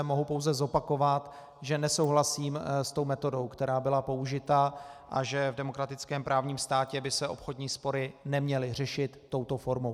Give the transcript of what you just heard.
Mohu pouze zopakovat, že nesouhlasím s tou metodou, která byla použita, a že v demokratickém právním státě by se obchodní spory neměly řešit touto formou.